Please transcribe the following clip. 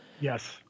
Yes